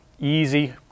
Easy